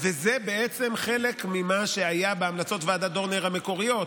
וזה בעצם חלק ממה שהיה בהמלצות ועדת דורנר המקוריות.